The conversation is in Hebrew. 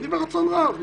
ברצון רב.